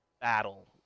battle